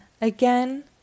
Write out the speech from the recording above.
again